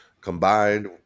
combined